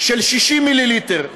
של 60 מיליליטר,